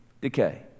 decay